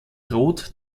rot